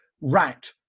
right